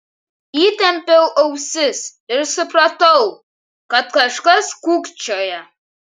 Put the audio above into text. įtempiau ausis ir supratau kad kažkas kūkčioja